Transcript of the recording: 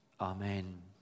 Amen